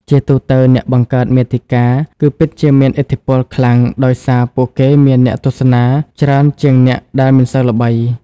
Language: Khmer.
ជាទូទៅអ្នកបង្កើតមាតិកាគឺពិតជាមានឥទ្ធិពលខ្លាំងដោយសារពួកគេមានអ្នកទស្សនាច្រើនជាងអ្នកដែលមិនសូវល្បី។